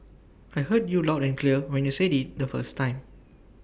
I heard you loud and clear when you said IT the first time